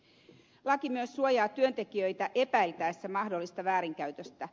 laki myös suojaa työntekijöitä epäiltäessä mahdollista väärinkäytöstä